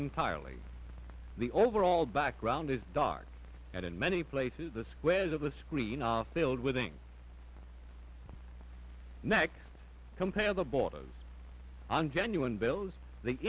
entirely the overall background is dark and in many places the squares of the screen are filled with things neck compare the borders on genuine bills they